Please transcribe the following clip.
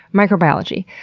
microbiology.